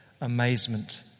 amazement